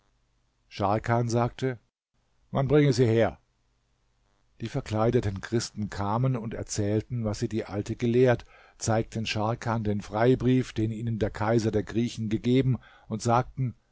scharkan sagte man bringe sie her die verkleideten christen kamen und erzählten was sie die alte gelehrt zeigten scharkan den freibrief den ihnen der kaiser der griechen gegeben und sagten